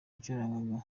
yacurangaga